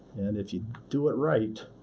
and if you do it right,